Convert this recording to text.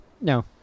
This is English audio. No